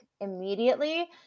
immediately